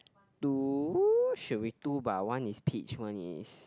do should we do by one is peach one is